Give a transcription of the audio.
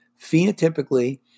phenotypically